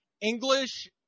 English